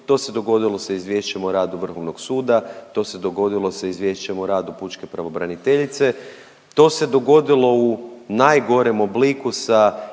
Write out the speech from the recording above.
to se dogodilo sa Izvješćem o radu Vrhovnog suda, to se dogodilo sa Izvješćem o radu pučke pravobraniteljice, to se dogodilo u najgorem obliku sa Izvješćem